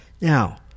Now